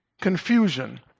confusion